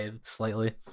slightly